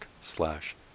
slash